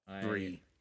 Three